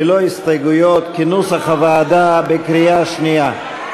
ללא הסתייגויות, כנוסח הוועדה, בקריאה שנייה.